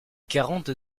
quarante